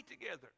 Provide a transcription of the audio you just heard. together